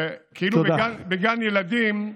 כאילו בגן ילדים,